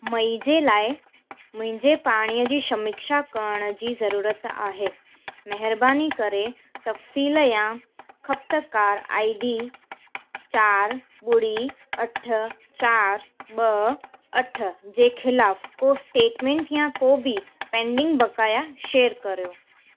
May जे लाइ मुंहिंजे पाणीअ जी समीक्षा करण जी ज़रूरत आहे महिरबानी करे तफ़सील या ख़पतकारु आई डी चारि ॿुड़ी अठ चारि ॿ अठ जे ख़िलाफ़ु को स्टेटमेंट या को बि पेंडिंग बकाया शेअर करियो